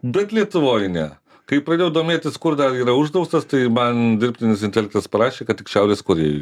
bet lietuvoj ne kai pradėjau domėtis kur dar yra uždraustas tai man dirbtinis intelektas parašė kad tik šiaurės korėjoj